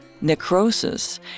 necrosis